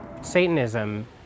Satanism